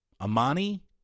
Amani